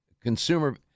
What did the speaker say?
consumer